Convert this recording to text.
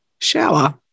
Shower